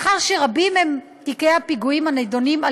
מאחר שרבים הם תיקי הפיגועים הנדונים על